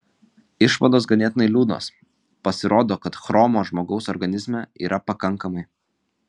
išvados ganėtinai liūdnos pasirodo kad chromo žmogaus organizme yra pakankamai